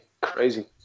Crazy